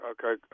Okay